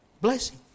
blessing